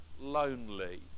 lonely